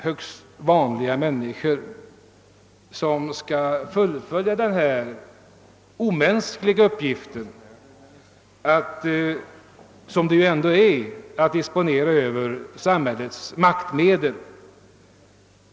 Högst vanliga människor skall fullfölja den ändock omänskliga uppgiften att disponera över samhällets maktmedel.